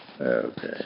Okay